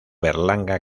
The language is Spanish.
berlanga